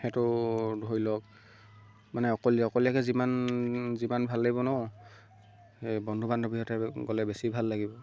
সেইটো ধৰি লওক মানে অকল অকলশৰীয়াকৈ যিমান যিমান ভাল লাগিব ন সেই বন্ধু বান্ধৱীৰ সৈতে গ'লে বেছি ভাল লাগিব